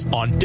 on